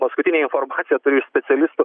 paskutinė informacija turi specialistų